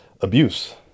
abuse